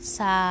sa